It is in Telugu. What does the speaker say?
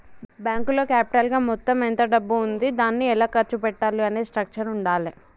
బ్యేంకులో క్యాపిటల్ గా మొత్తం ఎంత డబ్బు ఉంది దాన్ని ఎలా ఖర్చు పెట్టాలి అనే స్ట్రక్చర్ ఉండాల్ల